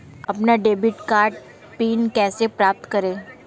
अपना debit card PIN कैसे प्राप्त करें?